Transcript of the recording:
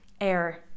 air